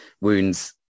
wounds